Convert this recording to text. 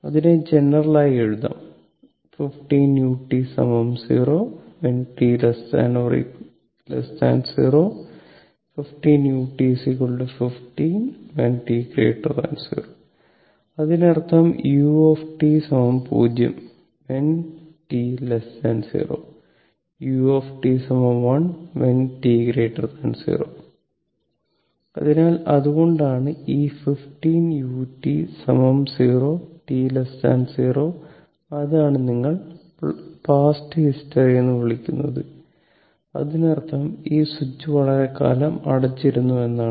അതിനെ ജനറൽ ആയി എഴുതാം 15 u 0 when t0 15 u 15 when t 0 അതിനർത്ഥം u 0 when t0 u 1 when t 0 അതിനാൽ അതുകൊണ്ടാണ് ഈ 15 u 0 t 0 അതാണ് നിങ്ങൾ പാസ്ററ് ഹിസ്റ്ററി എന്ന് വിളിക്കുന്നത് അതിനർത്ഥം ഈ സ്വിച്ച് വളരെക്കാലം അടച്ചിരുന്നു എന്നാണ്